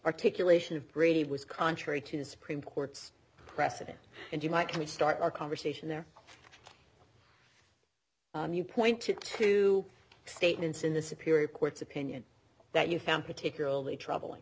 articulation of brady was contrary to the supreme court's precedent and you might can we start our conversation there you pointed to statements in the superior court's opinion that you found particularly troubling